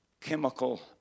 chemical